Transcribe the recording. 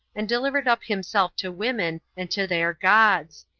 and delivered up himself to women, and to their gods.